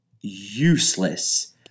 useless